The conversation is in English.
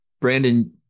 Brandon